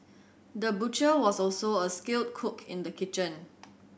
the butcher was also a skilled cook in the kitchen